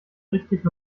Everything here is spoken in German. richtig